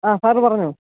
ആ സാറ് പറഞ്ഞോ